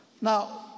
now